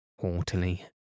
haughtily